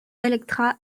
elektra